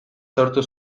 sortu